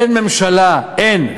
אין ממשלה, אין.